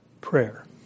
prayer